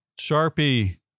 Sharpie